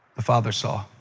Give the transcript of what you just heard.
the father saw.